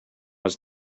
was